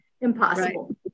Impossible